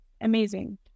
amazing